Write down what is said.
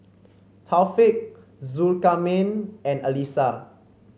Taufik Zulkarnain and Alyssa